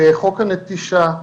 וחוק הנטישה,